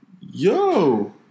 Yo